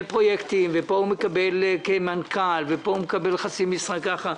פרויקטים ופה הוא מקבל כמנכ"ל ופה הוא מקבל חצי משרה ככה.